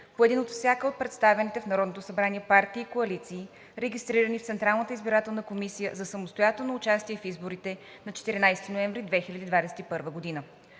по един от всяка от представените в Народното събрание партии и коалиции, регистрирани в Централната избирателна комисия за самостоятелно участие в изборите на 14 ноември 2021 г.